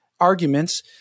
arguments